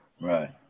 right